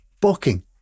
booking